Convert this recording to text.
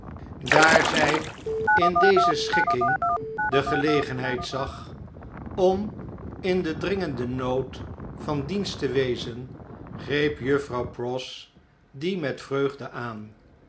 daar zjj in deze schikking de gelegenheid zag om in den dringenden nood van dienst te wezen greep juffrouw pross die met vreugde aan